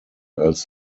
als